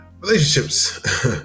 Relationships